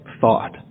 thought